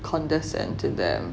condescend to them